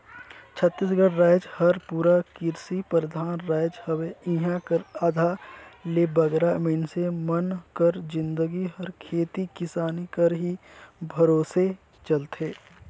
छत्तीसगढ़ राएज हर पूरा किरसी परधान राएज हवे इहां कर आधा ले बगरा मइनसे मन कर जिनगी हर खेती किसानी कर ही भरोसे चलथे